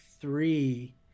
three